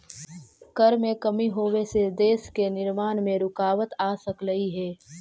कर में कमी होबे से देश के निर्माण में रुकाबत आ सकलई हे